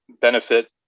benefit